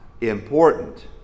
important